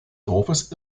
dorfes